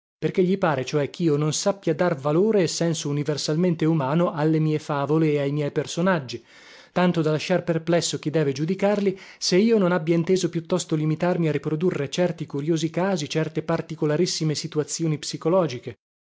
perché gli pare cioè chio non sappia dar valore e senso universalmente umano alle mie favole e ai miei personaggi tanto da lasciar perplesso chi deve giudicarli se io non abbia inteso piuttosto limitarmi a riprodurre certi curiosi casi certe particolarissime situazioni psicologiche